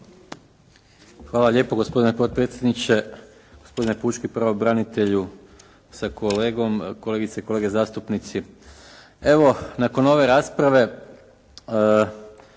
Hvala lijepo gospodine potpredsjedniče. Gospodine pučki pravobranitelju sa kolegom, kolegice i kolege zastupnici. Evo nakon ove rasprave